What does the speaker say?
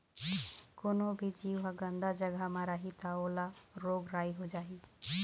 कोनो भी जीव ह गंदा जघा म रही त ओला रोग राई हो जाही